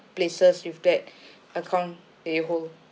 places with that account that you hold